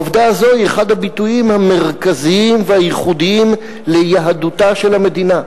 העובדה הזו היא אחד הביטויים המרכזיים והייחודיים ליהדותה של המדינה.